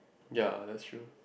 ya that's true